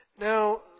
Now